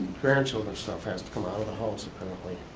grandchildren's stuff has to come out of the house, apparently,